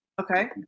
okay